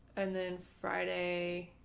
and then friday.